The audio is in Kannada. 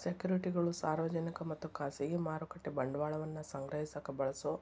ಸೆಕ್ಯುರಿಟಿಗಳು ಸಾರ್ವಜನಿಕ ಮತ್ತ ಖಾಸಗಿ ಮಾರುಕಟ್ಟೆ ಬಂಡವಾಳವನ್ನ ಸಂಗ್ರಹಿಸಕ ಬಳಸೊ